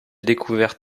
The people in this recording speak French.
découvert